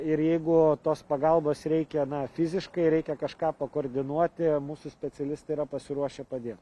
ir jeigu tos pagalbos reikia na fiziškai reikia kažką pakoordinuoti mūsų specialistai yra pasiruošę padėt